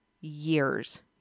years